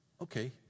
Okay